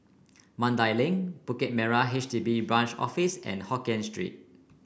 Mandai Link Bukit Merah H D B Branch Office and Hokkien Street